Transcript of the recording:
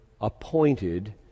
appointed